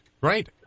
right